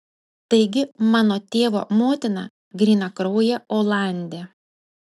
taigi mano tėvo motina grynakraujė olandė